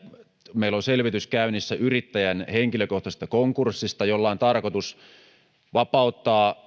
meillä on käynnissä selvitys yrittäjän henkilökohtaisesta konkurssista jolla on tarkoitus vapauttaa